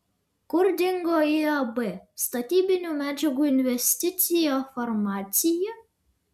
kur dingo iab statybinių medžiagų investicija farmacija